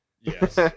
Yes